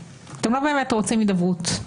אתם לא באמת רוצים הידברות,